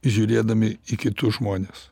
žiūrėdami į kitus žmones